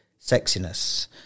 sexiness